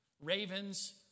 ravens